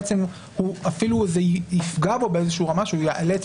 בעצם זה אפילו זה יפגע בו באיזושהי רמה שהוא יאלץ,